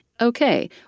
okay